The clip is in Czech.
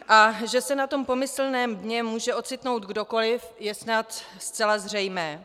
A že se na tom pomyslném dně může ocitnout kdokoliv, je snad zcela zřejmé.